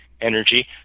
energy